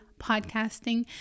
podcasting